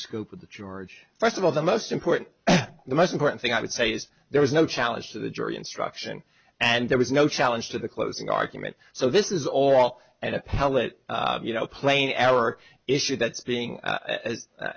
scope of the george first of all the most important the most important thing i would say is there was no challenge to the jury instruction and there was no challenge to the closing argument so this is all an appellate you know plain error issue that's being